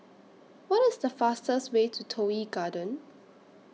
What IS The fastest Way to Toh Yi Garden